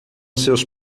seus